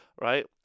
right